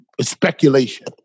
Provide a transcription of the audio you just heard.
speculation